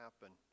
happen